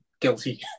guilty